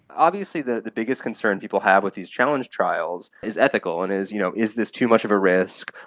obviously the the biggest concern people have with these challenge trials is ethical and is you know is this too much of a risk,